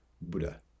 Buddha